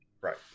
Right